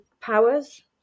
powers